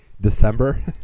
December